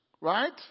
right